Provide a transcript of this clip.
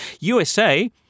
USA